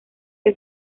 que